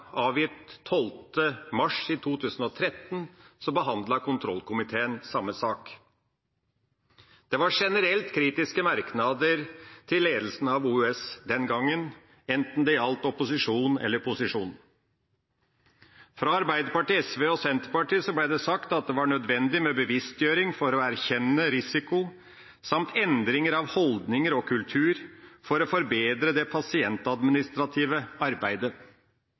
avgitt 12. mars 2013, behandlet kontrollkomiteen samme sak. Det var generelt kritiske merknader til ledelsen av OUS den gangen, enten det gjaldt opposisjon eller posisjon. Fra Arbeiderpartiet, SV og Senterpartiet ble det sagt at det var «nødvendig med bevisstgjøring for å erkjenne risiko samt endringer av holdninger og kultur for å forbedre det pasientadministrative arbeidet».